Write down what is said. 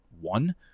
one